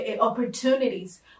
opportunities